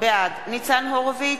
בעד ניצן הורוביץ,